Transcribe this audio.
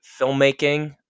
filmmaking